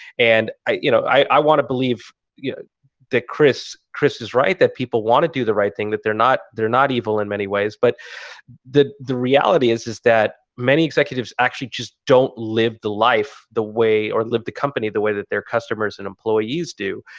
and i you know i want to believe yeah that chris chris is right that people want to do the right thing, that they're not they're not evil in many ways. but the the reality is is that many executives actually just don't live the life the way or live the company the way that their customers and employees do.